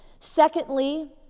secondly